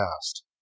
past